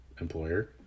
employer